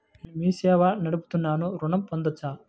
నేను మీ సేవా నడుపుతున్నాను ఋణం పొందవచ్చా?